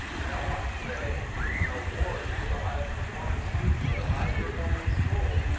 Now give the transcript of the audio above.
i don't want to say an award for the highest performing student or the highest performing school,